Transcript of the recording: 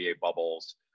bubbles